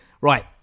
Right